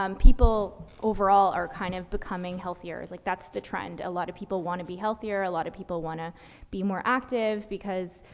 um people overall are kind of becoming healthier. like that's the trend. a lot of people wanna be healthier. a lot of people wanna be more active because,